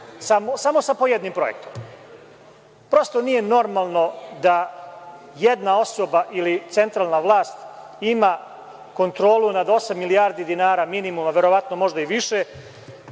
samo sa po jednim projektom. Prosto, nije normalno da jedna osoba ili centralna vlast ima kontrolu nad osam milijardi dinara minimalno, a verovatno i više,